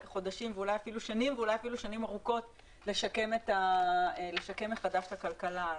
חודשים ואולי אפילו שנים ואולי אפילו שנים ארוכות לשקם מחדש את הכלכלה.